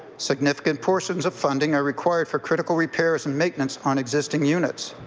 significant portions of funding are required for critical repairs and maintenance on existing units.